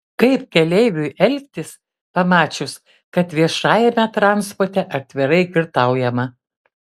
kaip keleiviui elgtis pamačius kad viešajame transporte atvirai girtaujama